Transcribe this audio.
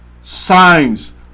signs